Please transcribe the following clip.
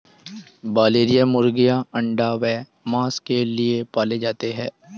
broiler मुर्गीयां अंडा व मांस के लिए पाले जाते हैं